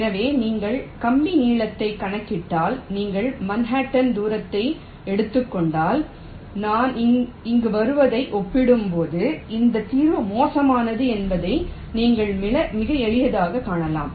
எனவே நீங்கள் கம்பி நீளத்தை கணக்கிட்டால் நீங்கள் மன்ஹாட்டன் தூரத்தை எடுத்துக் கொண்டால் நான் இங்கு வருவதை ஒப்பிடும்போது இந்த தீர்வு மோசமானது என்பதை நீங்கள் மிக எளிதாகக் காணலாம்